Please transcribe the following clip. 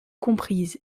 comprise